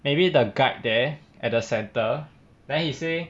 maybe the guide there at the centre then he say